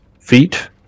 feet